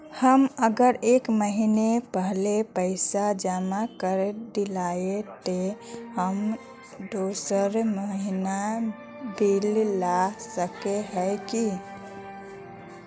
हम अगर एक महीना पहले पैसा जमा कर देलिये ते हम दोसर महीना बिल ला सके है की?